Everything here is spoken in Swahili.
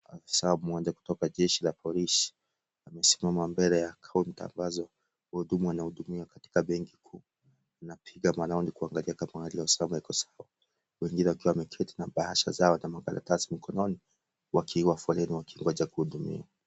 Afisa mmoja kutoka jeshi la polisi amesimama mbele ya counter ambazo wahudumu wanahudumia katika benki kuu anapiga maraundi kuangalia kama hali ya usalama iko sawa wengine wakiwa wameketi na bahasha zao na makaratasi mkononi wakiwa foleni wakingoja kuhudumiwa.